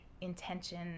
intention